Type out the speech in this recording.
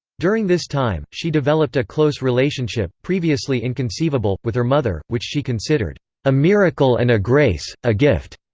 during this time, she developed a close relationship, previously inconceivable, with her mother, which she considered a miracle and a grace, a gift.